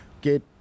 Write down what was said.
get